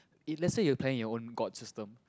it let's say you praying your own God system